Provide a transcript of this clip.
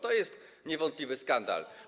To jest niewątpliwy skandal.